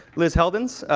liz heldens,